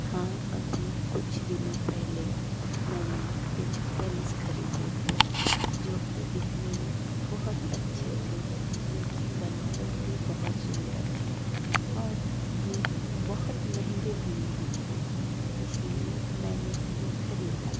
हाँ अभी कुछ दिनों पहले मैंने कुछ पेंस खरीदे थे जो की दिखने में बहुत अच्छे थे उनकी बनावट भी बहुत सुंदर थी और ये बहुत महंगे भी नहीं थे इसलिए मैंने इन्हें खरीदा